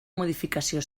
modificació